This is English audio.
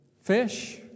fish